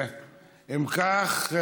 אם כך,